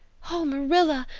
oh, marilla,